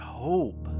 hope